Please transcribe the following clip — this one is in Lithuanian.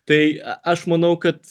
tai aš manau kad